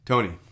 Tony